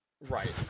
Right